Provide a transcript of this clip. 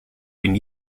been